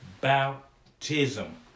baptism